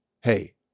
Hey